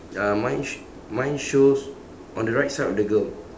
uh mine sh~ mine shows on the right side of the girl